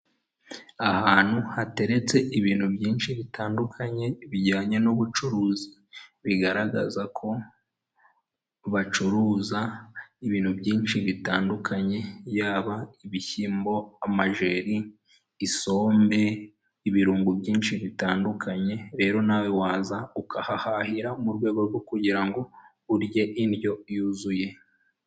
Ahantu hateretse ibintu byinshi bitandukanye bijyanye n'ubucuruzi bigaragaza ko bacuruza ibintu byinshi bitandukanye, yaba ibishyimbo, amajeri, isombe, ibirungo byinshi bitandukanye, rero nawe waza ukahahahira mu rwego rwo kugira ngo urye indyo yuzuye.